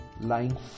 Lying